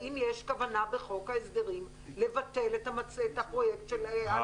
האם יש כוונה בחוק ההסדרים לבטל את הפרויקט של א-3?